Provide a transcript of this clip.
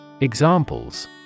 Examples